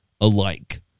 alike